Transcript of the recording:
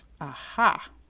Aha